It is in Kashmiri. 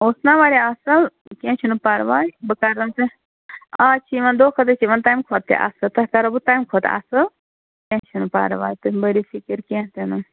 اوس نا واریاہ اَصٕل کیٚنٛہہ چھُنہٕ پَرواے بہٕ کَرے ژےٚ اَز چھِ یِوان دۄہ کھۄتہٕ دۄہ چھِ یِوان تَمہِ کھۄتہٕ تہِ اَصٕل تۄہہِ کَرہو بہٕ تَمہِ کھۄتہٕ اَصٕل کیٚنٛہہ چھُنہٕ پَرواے تُہۍ مہٕ بٔرِو فکِر کیٚنٛہہ تہِ نہٕ